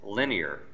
linear